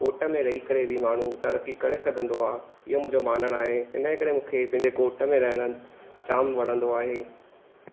ओट में रही करे बि माण्हू तरक़ी करे सघंदो आहे इहो मुंहिंजो माञण आहे हिनजे करे मूंखे पंहिंजे कोट में रहण जाम वणंदो आहे